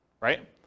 right